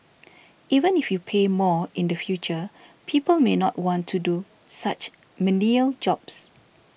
even if you pay more in the future people may not want to do such menial jobs